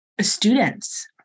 students